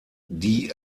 die